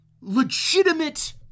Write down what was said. legitimate